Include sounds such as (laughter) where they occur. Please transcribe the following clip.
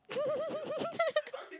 (laughs)